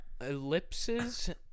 ellipses